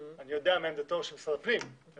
אני יודע מה עמדתו של משרד הפנים ואני